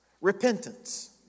repentance